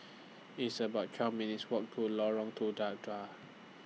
It's about twelve minutes' Walk to Lorong Tuda Dua